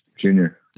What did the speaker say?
Junior